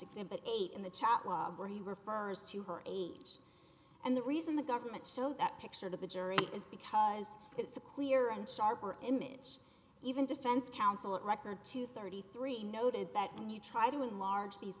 exhibit eight in the chat log where he refers to her age and the reason the government show that picture to the jury is because it's a clear and sharper image even defense counsel of record two thirty three noted that when you try to enlarge these